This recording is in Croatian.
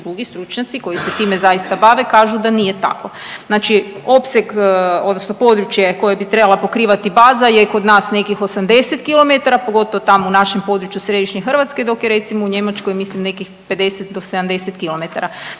drugi stručnjaci koji se time zaista bave kažu da nije tako. Znači opseg, odnosno područje koje bi trebala pokrivati baza je kod nas nekih 80 km pogotovo tamo u našem području središnje Hrvatske, dok je recimo u Njemačkoj mislim nekih 50 do 70 km.